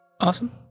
Awesome